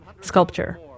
sculpture